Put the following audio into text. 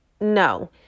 No